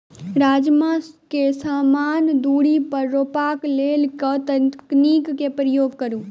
राजमा केँ समान दूरी पर रोपा केँ लेल केँ तकनीक केँ प्रयोग करू?